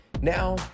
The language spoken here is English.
Now